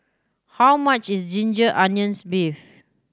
how much is ginger onions beef